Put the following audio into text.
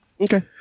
Okay